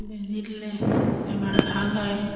বেজী দিলে বেমাৰ ভাল হয়